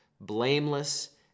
blameless